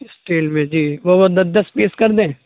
scale میں جی وہ وہ دس دس پیس کر دیں